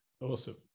Awesome